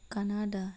Canada